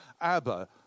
Abba